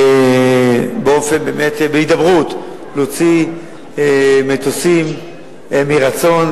בהידברות, להוציא מטוסים מרצון.